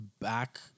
back